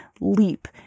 leap